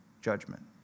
Judgment